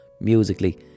musically